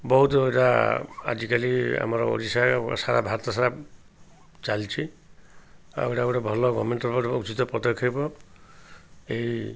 ବହୁତୁ ଏଇଟା ଆଜିକାଲି ଆମର ଓଡ଼ିଶା ସାରା ଭାରତ ସାରା ଚାଲିଛି ଆଉ ଏଇଟା ଗୋଟେ ଭଲ ଗମେଣ୍ଟର ଉଚିତ ପଦକ୍ଷେପ ଏହି